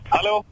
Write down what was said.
Hello